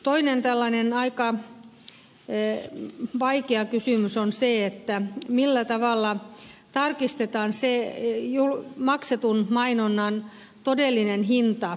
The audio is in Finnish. toinen tällainen aika vaikea kysymys on se millä tavalla tarkistetaan se maksetun mainonnan todellinen hinta